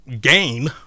gain